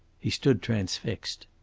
he stood transfixed.